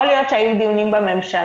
-- יכול להיות שהיו דיונים בממשלה,